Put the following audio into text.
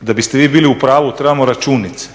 da biste vi bili u pravu trebamo računice.